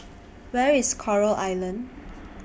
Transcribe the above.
Where IS Coral Island